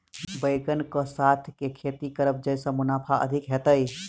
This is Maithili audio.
बैंगन कऽ साथ केँ खेती करब जयसँ मुनाफा अधिक हेतइ?